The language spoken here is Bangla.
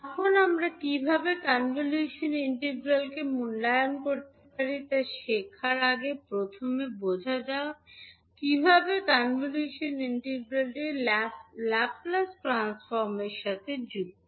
এখন আমরা কীভাবে কনভলিউশন ইন্টিগ্রালকে মূল্যায়ন করতে পারি তা শিখার আগে প্রথমে বোঝা যাক কীভাবে কনভলিউশন ইন্টিগ্রালটি ল্যাপ্লেস ট্রান্সফর্মের সাথে যুক্ত